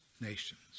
nations